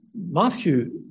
Matthew